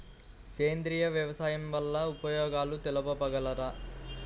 సేంద్రియ వ్యవసాయం వల్ల ఉపయోగాలు తెలుపగలరు?